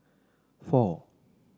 four